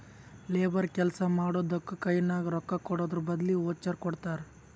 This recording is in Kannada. ಲೇಬರ್ ಕೆಲ್ಸಾ ಮಾಡಿದ್ದುಕ್ ಕೈನಾಗ ರೊಕ್ಕಾಕೊಡದ್ರ್ ಬದ್ಲಿ ವೋಚರ್ ಕೊಡ್ತಾರ್